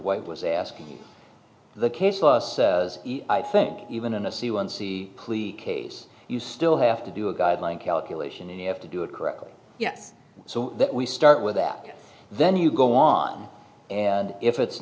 what was asking the case was i think even in a c one c case you still have to do a guideline calculation and you have to do it correctly yes so that we start with that then you go on and if it's